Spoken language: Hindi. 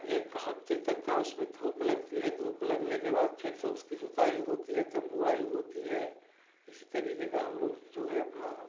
एक हफ़्ते तक का उसमें धूप लगती है धूप लगने के बाद फिर से उसकी जुताई होती है तब बुआई होती है इसी तरीके का हम लोग जो है अपना